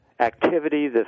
activity